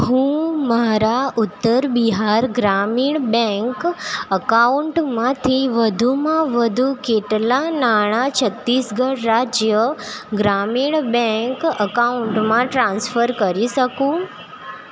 હું મારા ઉત્તર બિહાર ગ્રામીણ બેંક અકાઉન્ટમાંથી વધુમાં વધુ કેટલા નાણા છત્તીસગઢ રાજ્ય ગ્રામીણ બેંક અકાઉન્ટમાં ટ્રાન્સફર કરી શકું